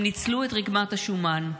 הם ניצלו את רקמת השומן,